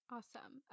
Awesome